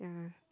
yeah